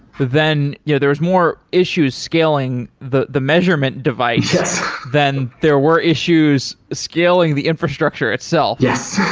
then yeah there was more issues scaling the the measurement device than there were issues scaling the infrastructure itself yes.